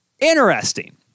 Interesting